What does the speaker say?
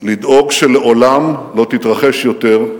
לדאוג שלעולם לא תתרחש יותר,